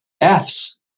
F's